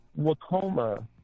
Wakoma